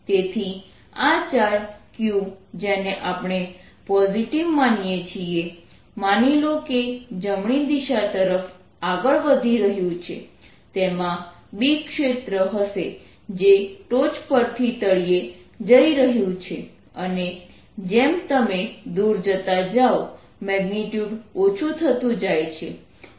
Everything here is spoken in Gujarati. તેથી આ ચાર્જ q જેને આપણે પોઝિટિવ માનીએ છીએ માની લો કે તે જમણી દિશા તરફ આગળ વધી રહ્યું છે તેમાં B ક્ષેત્ર હશે જે ટોચ પરથી તળિયે જઈ રહ્યું છે અને જેમ તમે દૂર જતા જાઓ મેગ્નીટ્યૂડ ઓછું થતું થાય છે